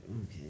Okay